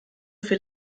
viel